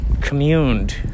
communed